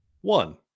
one